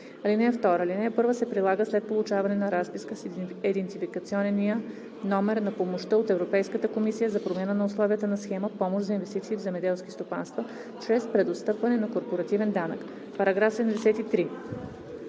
(2) Алинея 1 се прилага след получаване на разписка с идентификационния номер на помощта от Европейската комисия за промяна на условията на схема – Помощ за инвестиции в земеделски стопанства чрез преотстъпване на корпоративен данък.“ По § 73